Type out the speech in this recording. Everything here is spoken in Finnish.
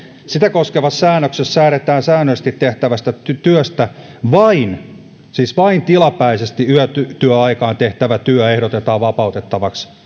koskevassa säännöksessä säädetään säännöllisesti tehtävästä työstä ja vain siis vain tilapäisesti yötyöaikaan tehtävä työ ehdotetaan vapautettavaksi